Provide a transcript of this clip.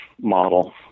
model